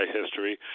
history